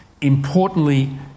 importantly